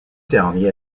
derniers